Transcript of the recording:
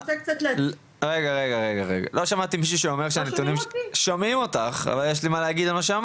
רגע, לא שמעתי מישהו שאומר שהנתונים שלך מוטים.